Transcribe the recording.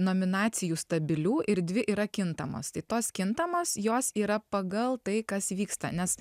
nominacijų stabilių ir dvi yra kintamos tai tos kintamos jos yra pagal tai kas vyksta nes